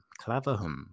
Claverham